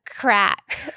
crack